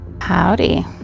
Howdy